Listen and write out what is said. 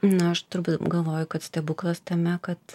na aš turbūt galvoju kad stebuklas tame kad